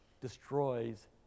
destroys